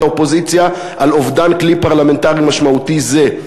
האופוזיציה על אובדן כלי פרלמנטרי משמעותי זה.